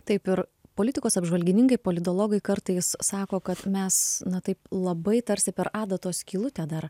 taip ir politikos apžvalgininkai politologai kartais sako kad mes na taip labai tarsi per adatos skylutę dar